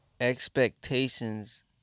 expectations